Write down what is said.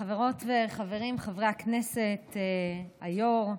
חברות וחברים, חברי הכנסת, היו"ר,